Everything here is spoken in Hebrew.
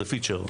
זה פיצ'ר,